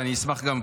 ואני אשמח גם,